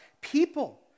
people